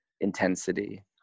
intensity